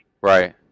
Right